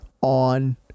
on